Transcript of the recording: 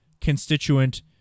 constituent